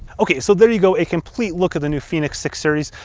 okay, so there you go a complete look at the new fenix six series.